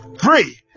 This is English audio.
Three